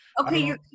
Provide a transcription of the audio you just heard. Okay